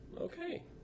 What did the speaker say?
Okay